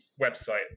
website